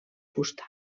fusta